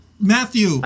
Matthew